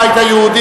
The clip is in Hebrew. הבית היהודי,